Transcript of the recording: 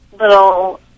little